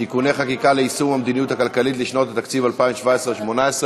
(תיקוני חקיקה ליישום המדיניות הכלכלית לשנות התקציב 2017 ו-2018),